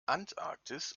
antarktis